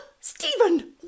Stephen